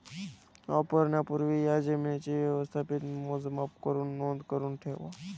वापरण्यापूर्वी या जमीनेचे व्यवस्थित मोजमाप करुन नोंद करुन ठेवा